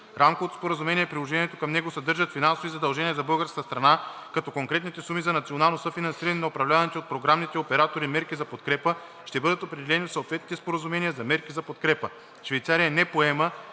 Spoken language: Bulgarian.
Рамковото споразумение и приложението към него съдържат финансови задължения за българската страна, като конкретните суми за национално съфинансиране на управляваните от програмните оператори мерки за подкрепа ще бъдат определени в съответните споразумения за мерки за подкрепа. Швейцария не поема